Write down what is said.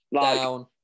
Down